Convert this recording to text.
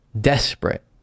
desperate